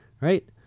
Right